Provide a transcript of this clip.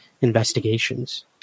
investigations